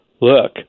look